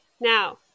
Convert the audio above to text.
Now